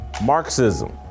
Marxism